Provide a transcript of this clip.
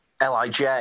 Lij